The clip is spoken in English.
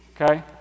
okay